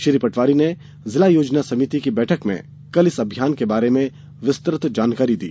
श्री पटवारी ने जिला योजना समिति की बैठक में कल इस अभियान के बारे में विस्तृत जानकारी दी